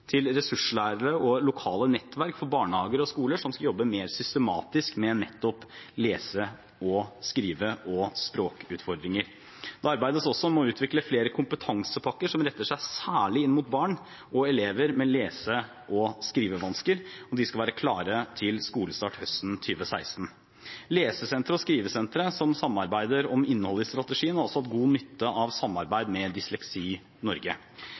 til ressurslærere og lokale nettverk for barnehager og skoler som skal jobbe mer systematisk med nettopp lese-, skrive- og språkutfordringer. Det arbeides også med å utvikle flere kompetansepakker som retter seg særlig inn mot barn og elever med lese- og skrivevansker, og de skal være klare til skolestart høsten 2016. Lesesentre og skrivesentre som samarbeider om innholdet i strategien, har også god nytte av samarbeid med Dysleksi Norge.